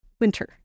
winter